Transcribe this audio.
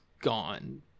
gone